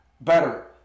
better